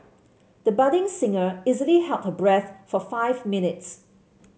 the budding singer easily held her breath for five minutes